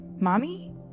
Mommy